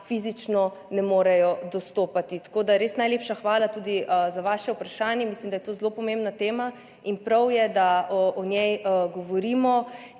fizično ne morejo dostopati. Tako da res najlepša hvala tudi za vaše vprašanje. Mislim, da je to zelo pomembna tema in prav je, da o njej govorimo.